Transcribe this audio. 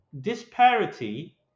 disparity